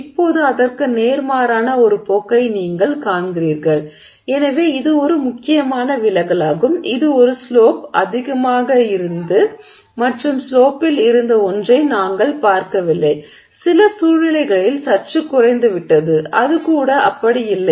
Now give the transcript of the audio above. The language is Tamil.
இப்போது அதற்கு நேர்மாறான ஒரு போக்கை நீங்கள் காண்கிறீர்கள் எனவே இது ஒரு மிக முக்கியமான விலகலாகும் இது ஒரு ஸ்லோப் அதிகமாக இருந்த மற்றும் ஸ்லோப்பில் இருந்த ஒன்றை நாங்கள் பார்க்கவில்லை சில சூழ்நிலைகளில் சற்று குறைந்துவிட்டது அது கூட அப்படி இல்லை